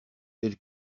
elle